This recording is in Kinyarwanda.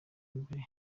imbere